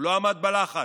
הוא לא עמד בלחץ.